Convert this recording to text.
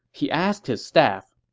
he asked his staff,